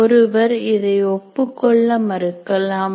ஒருவர் இதை ஒப்புக்கொள்ள மறுக்கலாம்